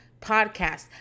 podcast